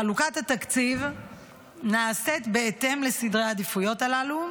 חלוקת התקציב נעשית בהתאם לסדרי העדיפויות" הללו,